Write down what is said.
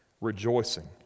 Rejoicing